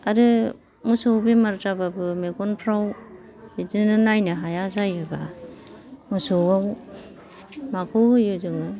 आरो मोसौ बेमार जाबाबो मेगनफ्राव बिदिनो नायनो हाया जायोबा मोसौआव माखौ होयो जोङो